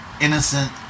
innocent